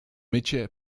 mycie